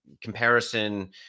comparison